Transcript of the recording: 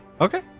Okay